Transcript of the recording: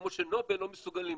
כמו שנובל לא מסוגלים לנהל.